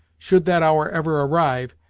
should that hour ever arrive,